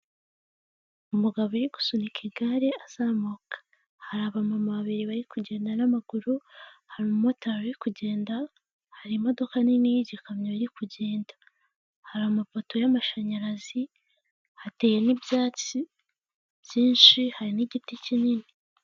Umugabo uri gusunika igare azamuka, hari abamama babiri bari kugenda n'amaguru, hari umumotari kugenda, hari imodoka nini y'igikamyo iri kugenda, hari amapoto y'amashanyarazi hateye n'ibyatsi byinshi hari n'igiti kinini.